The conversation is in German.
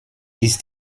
ist